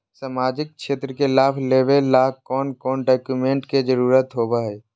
सामाजिक क्षेत्र के लाभ लेबे ला कौन कौन डाक्यूमेंट्स के जरुरत होबो होई?